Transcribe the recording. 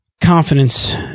confidence